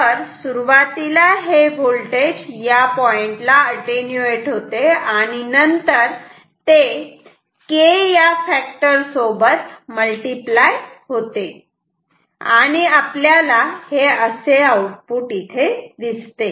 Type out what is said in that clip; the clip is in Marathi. तर सुरुवातीला हे व्होल्टेज या पॉइंटला अटेन्यूएट होते आणि नंतर ते K या फॅक्टर सोबत मल्टिप्लाय होते आणि आपल्याला हे असे आऊटपुट दिसते